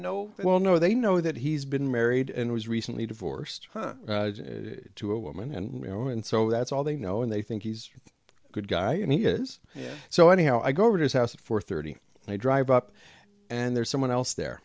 know well no they know that he's been married and was recently divorced to a woman and you know and so that's all they know and they think he's a good guy and he is so anyhow i go over to his house at four thirty and i drive up and there's someone else there